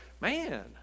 man